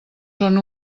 són